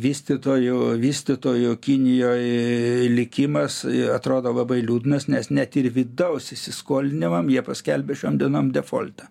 vystytojų vystytojų kinijoj likimas atrodo labai liūdnas nes net ir vidaus įsiskolinimam jie paskelbė šiom dienom defoltą